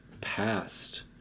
past